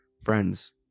friends